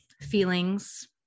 feelings